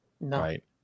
right